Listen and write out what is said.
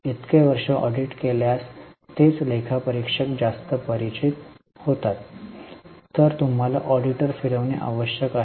इतके वर्ष ऑडिट केल्यास तेच लेखा परीक्षक जास्त परिचित होते तर तुम्हाला ऑडिटर फिरविणे आवश्यक आहे